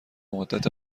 مدت